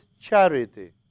charity